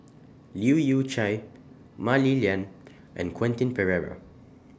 Leu Yew Chye Mah Li Lian and Quentin Pereira